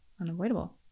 unavoidable